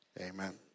Amen